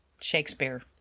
Shakespeare